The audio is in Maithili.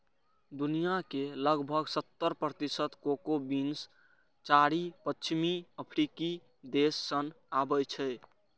दुनिया के लगभग सत्तर प्रतिशत कोको बीन्स चारि पश्चिमी अफ्रीकी देश सं आबै छै